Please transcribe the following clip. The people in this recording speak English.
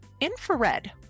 infrared